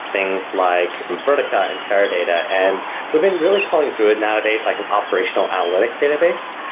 things like vertica and teradata and we've been really calling druid nowadays like an operational analytics database.